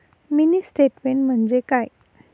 Mini statement म्हणजे काय?